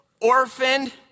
orphaned